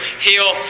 heal